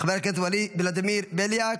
חבר הכנסת ולדימיר בליאק,